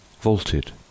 vaulted